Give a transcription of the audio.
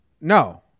No